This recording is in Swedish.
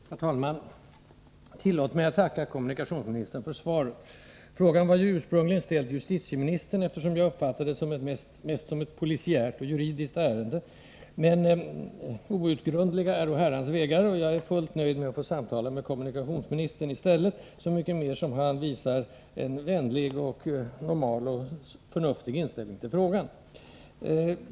Herr talman! Tillåt mig att tacka kommunikationsministern för svaret. Frågan var ju ursprungligen ställd till justitieministern, eftersom jag uppfattade detta mest som ett polisiärt och juridiskt ärende. Men outgrundliga äro Herrans vägar, och jag är fullt nöjd med att få samtala med kommunikationsministern i stället, så mycket mer som han visar en vänlig, human och förnuftig inställning till frågan.